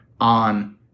on